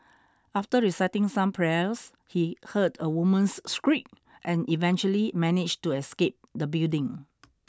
after reciting some prayers he heard a woman's shriek and eventually managed to escape the building